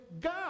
God